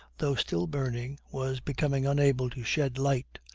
though still burning, was becoming unable to shed light.